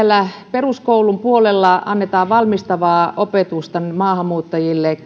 peruskoulun puolella annetaan valmistavaa opetusta maahanmuuttajille